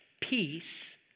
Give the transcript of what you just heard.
Peace